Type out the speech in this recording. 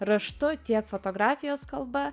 raštu tiek fotografijos kalba